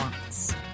wants